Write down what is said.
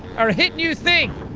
are a hit new thing